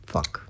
Fuck